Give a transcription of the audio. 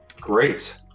Great